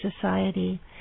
society